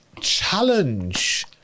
challenge